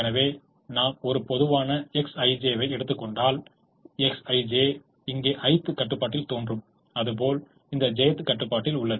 எனவே நாம் ஒரு பொதுவான Xij வை எடுத்துக் கொண்டால் Xij இங்கே i'th கட்டுப்பாட்டில் தோன்றும் அதுபோல் இந்த j'th கட்டுப்பாட்டில் உள்ளது